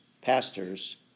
pastors